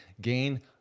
gain